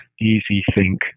easy-think